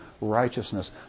righteousness